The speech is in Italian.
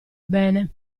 bene